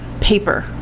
paper